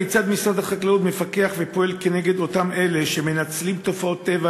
כיצד משרד החקלאות מפקח ופועל כנגד אותם אלה שמנצלים תופעות טבע